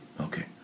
Okay